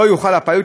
שבה יחול הפיילוט,